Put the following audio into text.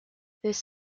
this